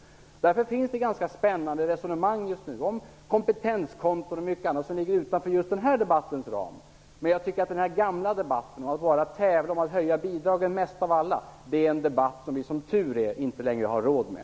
Det finns ganska spännande resonemang just nu om kompetenskonton och mycket annat som ligger utanför just den här debattens ram. Men jag tycker att den gamla debatten, som gick ut på att tävla om att höja bidragen mest av alla, är en debatt som vi som tur är inte längre har råd med.